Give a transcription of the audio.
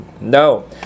No